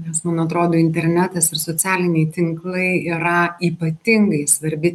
nes man atrodo internetas ir socialiniai tinklai yra ypatingai svarbi